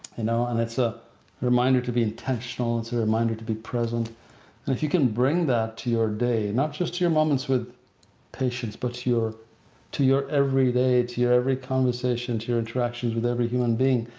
you know and it's a reminder to be intentional. it's a reminder to be present and if you can bring that to your day, and not just to your moments with patients, but to your to your everyday, to your every conversation, to your interactions with every human being,